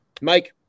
Mike